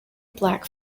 black